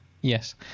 Yes